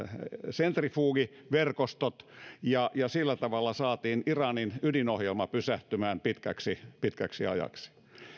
sentrifugiverkostot ja ja sillä tavalla saatiin iranin ydinohjelma pysähtymään pitkäksi pitkäksi ajaksi